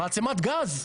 מעצמת גז?